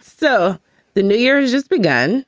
so the new year's just begun